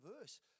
verse